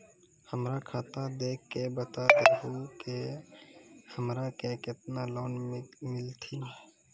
हमरा खाता देख के बता देहु के हमरा के केतना लोन मिलथिन?